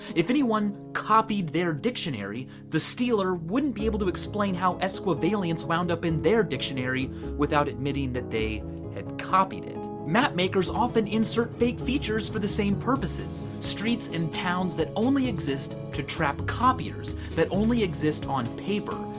if anyone copied their dictionary the stealer wouldn't be able to explain how esquivalience wound up in their dictionary without admitting that they had copied it. map makers often insert fake features for the same purposes. streets and towns that only exist to trap copiers that only exist on paper,